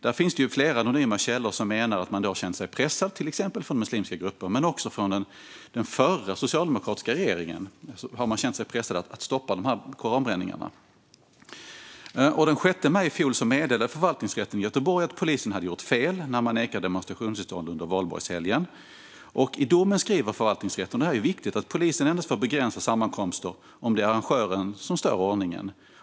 Där finns det flera anonyma källor som menar att man har känt sig pressad, till exempel från muslimska grupper men också från den förra socialdemokratiska regeringen, att stoppa koranbränningarna. Den 6 maj i fjol meddelade Förvaltningsrätten i Göteborg att polisen hade gjort fel när den nekade demonstrationstillstånd under valborgshelgen. I domen skriver förvaltningsrätten - och detta är viktigt - att polisen endast får begränsa sammankomster om det är arrangören som stör ordningen.